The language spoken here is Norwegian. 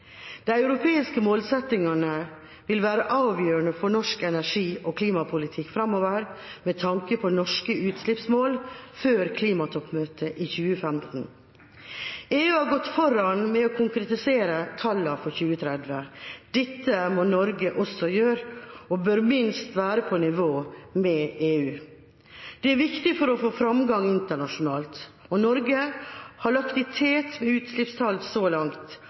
De europeiske målsettingene vil være avgjørende for norsk energi- og klimapolitikk framover, med tanke på norske utslippsmål før klimatoppmøtet i 2015. EU har gått foran med å konkretisere tallene for 2030. Dette må Norge også gjøre, og vi bør minst være på nivå med EU. Det er viktig for å få fremgang internasjonalt. Norge har ligget i tet med utslippstall så langt,